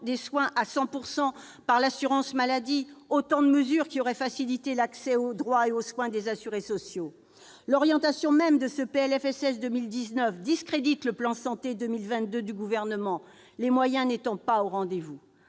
des soins par l'assurance maladie, autant de mesures qui auraient facilité l'accès aux droits et aux soins des assurés sociaux ! L'orientation même du PLFSS 2019 discrédite le plan « Ma santé 2022 » du Gouvernement, les moyens n'étant pas au rendez-vous.